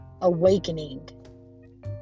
awakening